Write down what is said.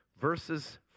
Verses